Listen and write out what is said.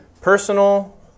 Personal